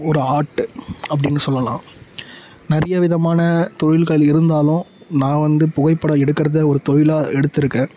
ஒரு ஆர்ட்டு அப்படின்னு சொல்லலாம் நிறைய விதமான தொழில்கள் இருந்தாலும் நான் வந்து புகைப்படம் எடுக்கறதை ஒரு தொழிலாக எடுத்துருக்கன்